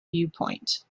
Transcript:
viewpoint